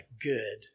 good